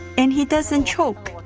and he doesn't choke.